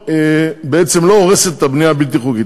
ובעצם לא הורסת את הבנייה הבלתי-חוקית.